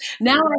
Now